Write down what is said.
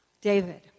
David